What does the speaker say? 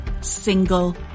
single